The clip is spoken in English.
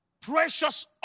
Precious